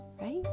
Right